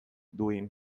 duin